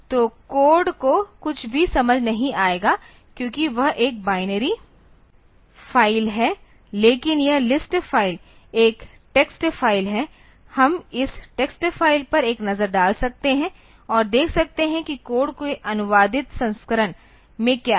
तो कोड को कुछ भी समझ नहीं आएगा क्योंकि वह एक बाइनरी फ़ाइल है लेकिन यह लिस्ट फ़ाइल एक टेक्स्ट फ़ाइल है हम इस टेक्स्ट फ़ाइल पर एक नज़र डाल सकते हैं और देख सकते हैं कि कोड के अनुवादित संस्करण में क्या है